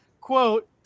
quote